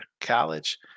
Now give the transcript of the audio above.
college